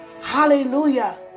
Hallelujah